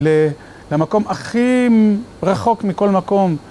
למקום הכי רחוק מכל מקום.